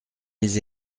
mes